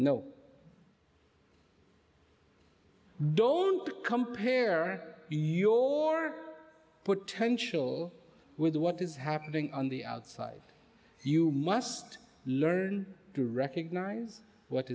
no don't compare your potential with what is happening on the outside you must learn to recognize what